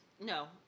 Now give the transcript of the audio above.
no